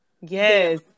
yes